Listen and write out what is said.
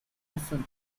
often